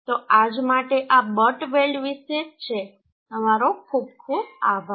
તો આજ માટે આ બટ વેલ્ડ વિશે છે તમારો ખૂબ ખૂબ આભાર